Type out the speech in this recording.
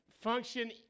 function